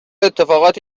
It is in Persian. اتفاقات